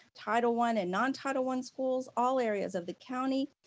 title one and non-title one schools, all areas of the county,